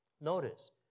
Notice